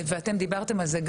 ואתם דיברתם על זה,